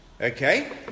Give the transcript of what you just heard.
Okay